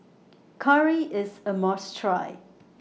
Curry IS A must Try